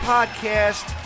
Podcast